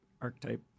archetype